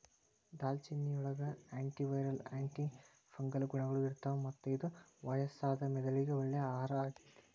ದಾಲ್ಚಿನ್ನಿಯೊಳಗ antiviral, antifungal ಗುಣಗಳು ಇರ್ತಾವ, ಮತ್ತ ಇದು ವಯಸ್ಸಾದ ಮೆದುಳಿಗೆ ಒಳ್ಳೆ ಆಹಾರ ಆಗೇತಿ